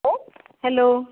hello